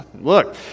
look